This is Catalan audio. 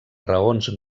raons